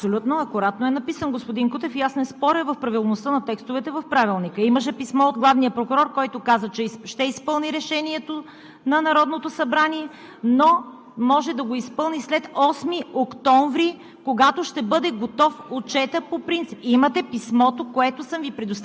Така че, моля Ви, минете към изпълнение на решението на Народното събрание. ПРЕДСЕДАТЕЛ ЦВЕТА КАРАЯНЧЕВА: Абсолютно акуратно е написан, господин Кутев, и аз не споря по правилността на текстовете в Правилника. Имаше писмо от главния прокурор, който каза, че ще изпълни решението на Народното събрание, но може да го изпълни след 8 октомври